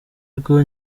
rwa